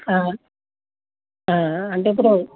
అంటే ఇప్పుడూ